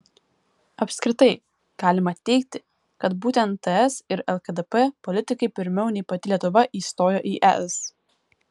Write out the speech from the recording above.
apskritai galima teigti kad būtent ts ir lkdp politikai pirmiau nei pati lietuva įstojo į es